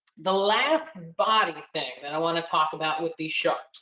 the last and body thing that i want to talk about with these sharks,